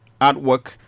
artwork